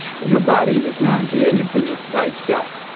your body does not do anything by itself.